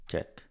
Check